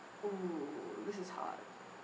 oo this is hard